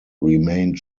remained